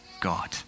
God